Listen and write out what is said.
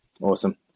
Awesome